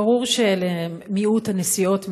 ברור שאלה מיעוט הנסיעות,